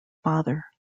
father